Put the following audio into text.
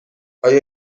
آیا